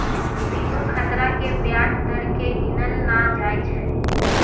बिनु खतरा के ब्याज दर केँ गिनल न जाइ छइ